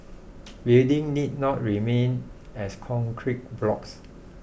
buildings need not remain as concrete blocks